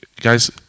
Guys